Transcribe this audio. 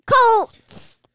Colts